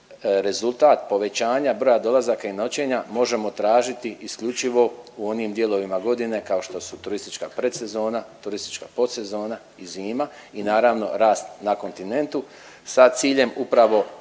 rezultat povećanja broja dolazaka i noćenja možemo tražiti isključivo u onim dijelovima godine kao što su turistička predsezona, turistička postsezona i zima i naravno rast na kontinentu sa ciljem upravo